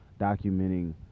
documenting